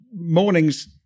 mornings